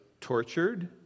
tortured